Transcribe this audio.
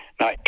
Now